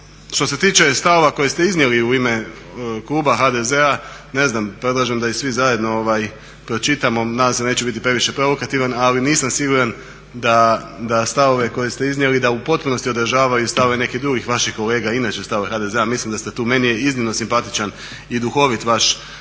što se tiče stavova koje ste iznijeli u ime kluba HDZ-a ne znam predlažem da ih svi zajedno pročitamo, nadam se da neće biti previše provokativan, ali nisam siguran da stavove koje ste iznijeli da u potpunosti odražavaju stavove nekih drugih vaših kolega inače stavove HDZ-a, mislim da ste tu, meni je iznimno simpatičan i duhovit vaš pristup,